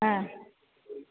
ആ